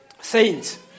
Saints